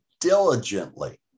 diligently